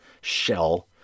shell